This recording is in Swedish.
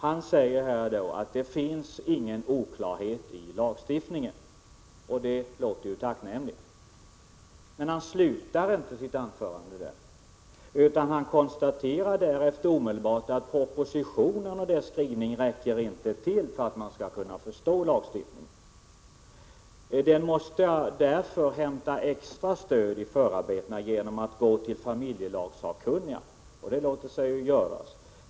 Han säger att det inte finns någon oklarhet i lagstiftningen, och det låter ju tacknämligt. Men han slutar inte sitt anförande där, utan konstaterar omedelbart därefter att propositionen och dess skrivning inte räcker till för att man skall kunna förstå lagstiftningen. Den måste därför hämta extra stöd i förarbetena genom att man går till familjelagsakkunninga. Det låter sig ju göras.